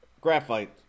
graphite